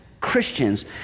Christians